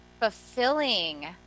fulfilling